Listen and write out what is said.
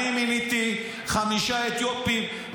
--- אני מיניתי חמישה אתיופים,